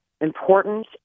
important